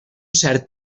cert